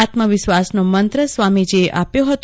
આત્મવિશ્વાસનો મંત્ર સ્વામીજીએ આપ્યો હતો